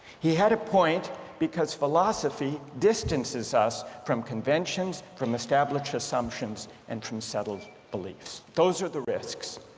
he had a point because philosophy distances us from conventions from established assumptions and from settled beliefs. those are the risks,